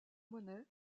monnaie